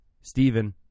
Stephen